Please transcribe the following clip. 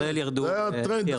זה היה טרנד.